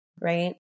Right